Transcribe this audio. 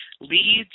leads